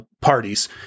parties